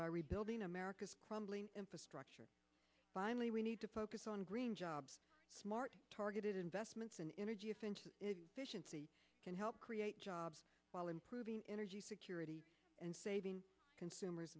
by rebuilding america's crumbling infrastructure finally we need to focus on green jobs smart targeted investments in energy can help create jobs while improving energy security and saving consumers